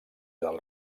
del